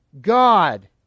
God